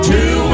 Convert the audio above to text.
Two